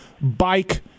bike